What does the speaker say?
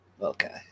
Okay